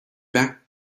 back